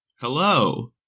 Hello